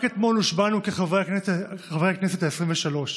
רק אתמול הושבענו כחברי הכנסת העשרים-ושלוש,